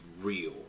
real